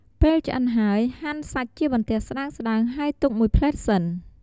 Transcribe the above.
ពេលឆ្អិនហើយ ហាន់សាច់ជាបន្ទះស្តើងៗ ហើយទុកមួយភ្លែតសិន។